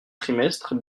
trimestres